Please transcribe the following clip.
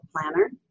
planner